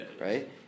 right